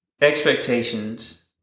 Expectations